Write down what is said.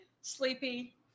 Sleepy